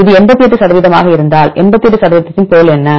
இது 88 சதவீதமாக இருந்தால் 88 சதவீதத்தின் பொருள் என்ன